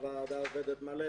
כשהוועדה עובדת מלא,